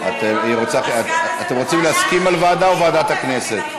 אתם רוצים להסכים על ועדה או ועדת הכנסת?